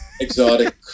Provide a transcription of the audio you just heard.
exotic